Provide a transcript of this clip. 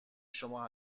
شما